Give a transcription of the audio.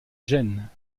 gênes